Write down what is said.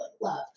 love